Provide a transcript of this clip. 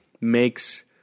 makes